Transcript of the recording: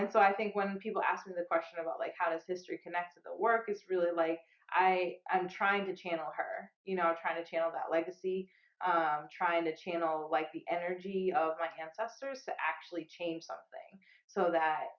and so i think when people ask the question about like how does history connect to the work it's really like i am trying to channel her you know trying to channel that legacy trying to channel like the energy of my ancestors to actually change something so that